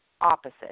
opposite